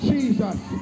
Jesus